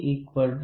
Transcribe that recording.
98 M